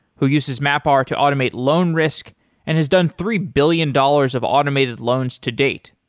who uses mapr to automate loan risk and has done three billion dollars of automated loans to date.